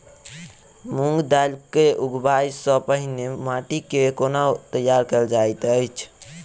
मूंग दालि केँ उगबाई सँ पहिने माटि केँ कोना तैयार कैल जाइत अछि?